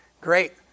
great